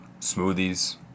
smoothies